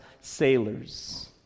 sailors